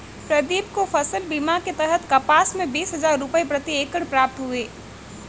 प्रदीप को फसल बीमा के तहत कपास में बीस हजार रुपये प्रति एकड़ प्राप्त हुए